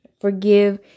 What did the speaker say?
forgive